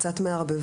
גם קצת מערבבים.